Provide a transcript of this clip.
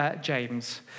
James